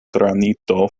granito